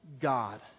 God